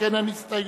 שכן אין הסתייגויות.